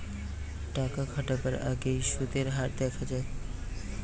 টাকা খাটাবার আগেই সুদের হার দেখা যায়